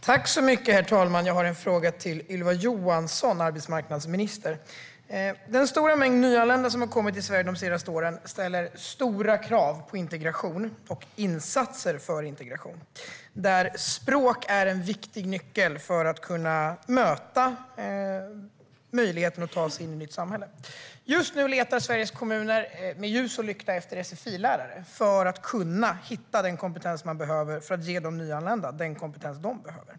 Herr talman! Jag har en fråga till arbetsmarknadsminister Ylva Johansson. Den stora mängd nyanlända som har kommit till Sverige de senaste åren ställer stora krav på integration och insatser för integration, där språk är en viktig nyckel för möjligheten att ta sig in i samhället. Just nu letar Sveriges kommuner med ljus och lykta efter sfi-lärare för att kunna hitta den kompetens man behöver för att ge de nyanlända den kompetens de behöver.